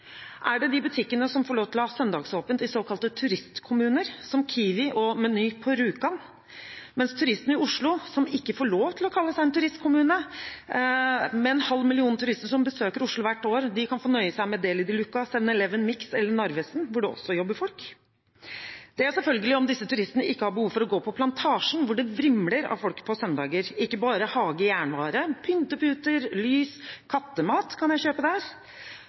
Er det de butikkene som får lov til å ha søndagsåpent i såkalte turistkommuner, som Kiwi og Meny på Rjukan, mens turistene i Oslo, som ikke får lov til å kalle seg en turistkommune – det er en halv million turister som besøker Oslo hvert år – kan få nøye seg med Deli de Luca, 7-Eleven, Mix eller Narvesen, hvor det også jobber folk? Det er selvfølgelig om disse turistene ikke har behov for å gå på Plantasjen, hvor det vrimler av folk på søndager, og det er ikke bare hageutstyr og jernvarer – pynteputer, lys og kattemat kan jeg kjøpe der.